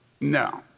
No